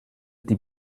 die